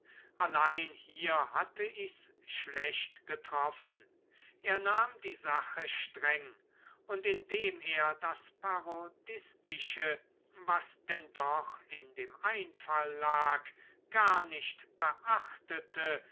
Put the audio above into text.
allein hier hatte ich's schlecht getroffen er nahm die sache streng und indem er das parodistische was denn doch in dem einfall lag gar nicht beachtete